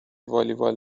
والیبال